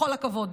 בכל הכבוד.